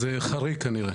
אז זה חריג כנראה.